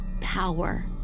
power